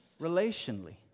relationally